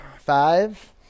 Five